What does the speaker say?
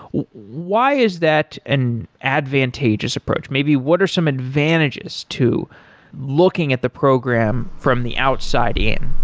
why is that an advantageous approach? maybe what are some advantages to looking at the program from the outside in?